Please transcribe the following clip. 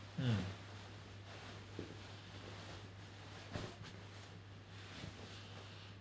mm